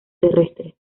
terrestres